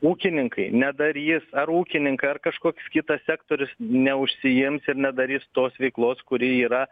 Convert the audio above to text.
ūkininkai nedarys ar ūkininkai ar kažkoks kitas sektorius neužsiims ir nedarys tos veiklos kuri yra